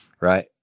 right